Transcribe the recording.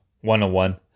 one-on-one